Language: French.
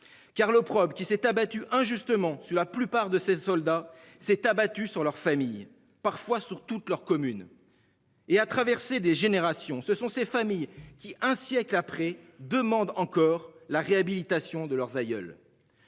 Car le problème qui s'est abattue injustement sur la plupart de ses soldats s'est abattue sur leur famille parfois sur toutes leurs communes. Et a traversé des générations, ce sont ces familles qui un siècle après demande encore la réhabilitation de leurs aïeuls.